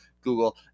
google